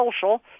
social